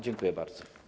Dziękuję bardzo.